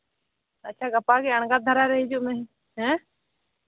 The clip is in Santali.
ᱟᱪᱪᱷᱟ ᱜᱟᱯᱟ ᱜᱮ ᱟᱬᱜᱟᱛ ᱫᱷᱟᱨᱟ ᱨᱮ ᱦᱤᱡᱩᱜ ᱢᱮ ᱦᱮᱸ